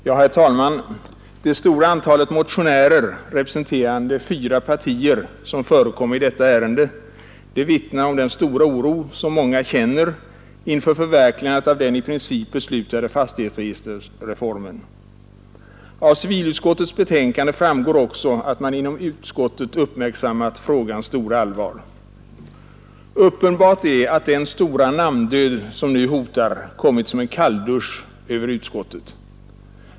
Herr talman! Det stora antal motionärer, representerande fyra partier, som förekommer i detta ärende, vittnar om den stora oro som många känner inför förverkligandet av den i princip beslutade fastighetsregistreringsreformen. Av civilutskottets betänkande framgår att man inom utskottet också uppmärksammat frågans stora allvar. Uppenbart är att den stora namndöd som nu hotar kommit som en kalldusch över utskottet.